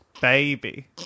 baby